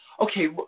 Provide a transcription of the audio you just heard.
okay